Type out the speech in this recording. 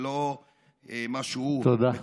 ולא מה שהוא מקשקש.